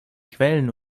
quellen